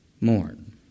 mourn